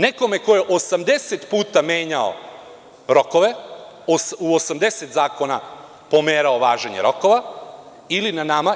Nekome ko je 80 puta menjao rokove, u 80 zakona pomerao važenje rokova, ili na nama.